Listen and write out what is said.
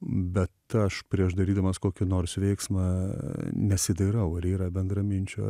bet aš prieš darydamas kokį nors veiksmą nesidairau ar yra bendraminčių